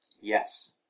Yes